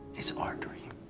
it's our dream.